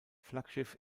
flaggschiff